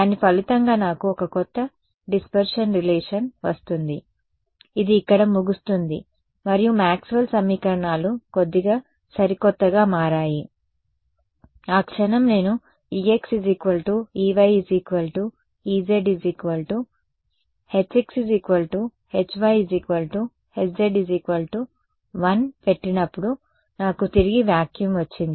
దాని ఫలితంగా నాకు ఒక కొత్త డిస్పర్సిన్ రిలేషన్ వస్తుంది ఇది ఇక్కడ ముగుస్తుంది మరియు మాక్స్వెల్ సమీకరణాలు కొద్దిగా సరిక్రొత్తగా మారాయి ఆ క్షణం నేను ex ey ez hx hy hz 1 పెట్టినప్పుడు నాకు తిరిగి వాక్యూమ్ వచ్చింది